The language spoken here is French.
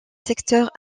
secteurs